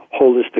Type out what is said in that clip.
holistic